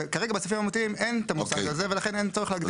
כרגע בסעיפים המהותיים אין את המושג הזה ולכן אין צורך להגדיר אותו.